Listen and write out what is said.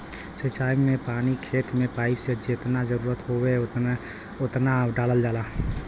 सिंचाई में पानी खेत में पाइप से जेतना जरुरत होत हउवे ओतना डालल जाला